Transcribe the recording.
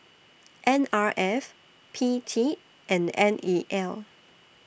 N R F P T and N E L